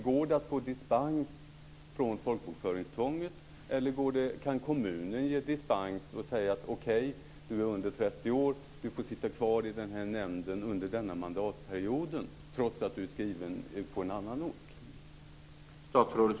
Går det att få dispens från folkbokföringstvånget, eller kan kommunen ge dispens och säga att om man är under 30 år får man sitta kvar i t.ex. en nämnd under den här mandatperioden trots att man är skriven på en annan ort?